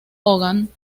hogan